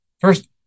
First